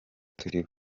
turi